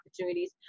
opportunities